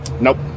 Nope